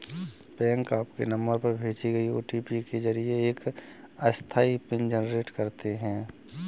bank आपके number पर भेजे गए ओ.टी.पी के जरिए एक अस्थायी पिन जनरेट करते हैं